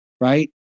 right